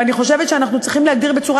ואני חושבת שאנחנו צריכים להגדיר בצורה